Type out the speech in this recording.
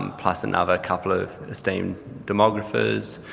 um plus another couple of esteemed demographers.